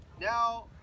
now